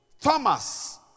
Thomas